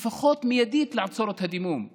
לפחות לעצור את הדימום מיידית.